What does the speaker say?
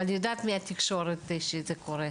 אבל אני יודעת שהתקשורת שזה קורה,